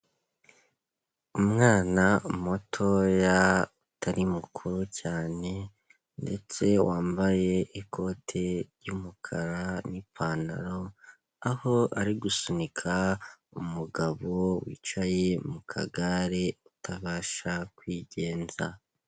Umwana mutoya utari mukuru cyane, ndetse wambaye ikote ry'umukara n'ipantaro, aho ari gusunika umugabo wicaye mu kagare, utabasha kwigenza.